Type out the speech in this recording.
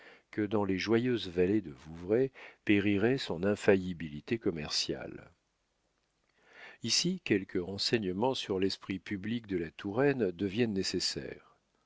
que dans les joyeuses vallées de vouvray périrait son infaillibilité commerciale ici quelques renseignements sur l'esprit public de la touraine deviennent nécessaires